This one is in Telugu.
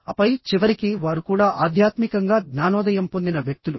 ఆపై చివరికి వారు కూడా ఆధ్యాత్మికంగా జ్ఞానోదయం పొందిన వ్యక్తులు